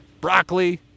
Broccoli